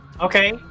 Okay